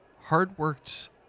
hard-worked